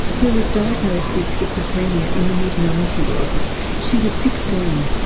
who was diagnosed with schizophrenia in the mid ninety s she was sixteen.